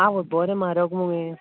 आवयस बरें म्हारग मगे